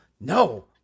No